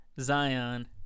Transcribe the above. Zion